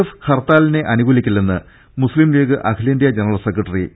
F ഹർത്താലിനെ അനുകൂലിക്കില്ലെന്ന് മുസ്ലിം ലീഗ് അഖിലേന്ത്യാ ജന റൽ സെക്രട്ടറി പി